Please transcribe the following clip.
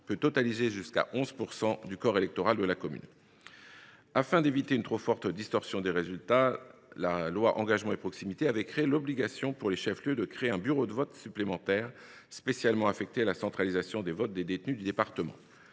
représentent jusqu’à 11 % du corps électoral de la commune concernée. Afin d’éviter une trop forte distorsion des résultats, la loi Engagement et Proximité avait créé l’obligation, pour les chefs lieux concernés, de créer un bureau de vote supplémentaire spécialement affecté à la centralisation des votes des détenus du département.